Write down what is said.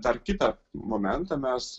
dar kitą momentą mes